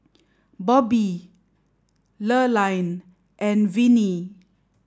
Bobbi Lurline and Vinnie